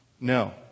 no